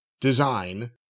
design